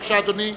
בבקשה, אדוני.